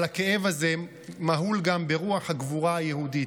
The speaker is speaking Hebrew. אבל הכאב הזה מהול גם ברוח הגבורה היהודית,